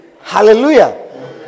Hallelujah